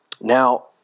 now